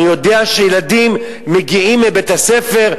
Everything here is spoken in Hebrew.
אני יודע שילדים מגיעים מבית-הספר,